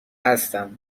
هستم